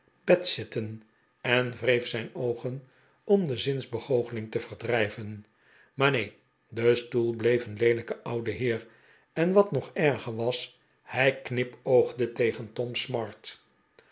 bed zitten en wreef zijn oogen om de zinsbegoocheling te verdrijven maar neen de stoel bleef een leelijke oude heer en wat nog erger was hij knipoogde tegen tom smart